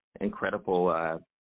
incredible